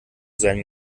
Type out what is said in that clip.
seinem